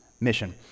mission